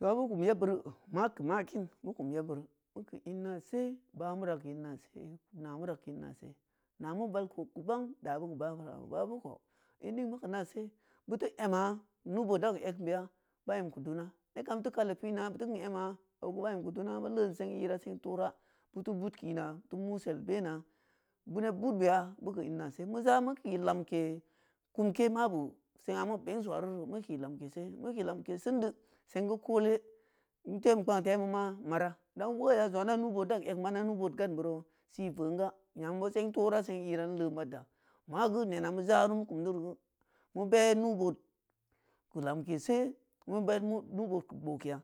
Zong’a beu kum yeb beuru ma keu-ma kein meu kum yeb beuri meu keu inna se bààmurah keu inna se namurah keu in nase nameu val ko keu bang da meu keu bààmurah baa beu kou in ningma keu nase beu teu ema nuubood dan egnbeya bae m keu duna neb kam teu kali pina beu teu kin ema obege bae m keu dun aba leen sengi rah seng torah beu teu bud kini beu teu musel bena beu neb budboya beu keu in nase meu za meu ki lamke kumke mabe seng’a meu beng sawariri meu ki lamkese meu ki lamke sendi sengi koole in teu em kpang temuma mara dan woya zong’a ida nuubood egnma da nuubood gan buro si vonga nyambo seng torah sengi rah nlee madola ma geu nena meu zaru meu kum diro mu be nuubood keu lamke meu bed nuubood keu gbokeya